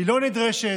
אינה נדרשת,